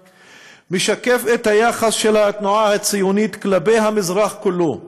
משקף את היחס של התנועה הציונית כלפי המזרח כולו,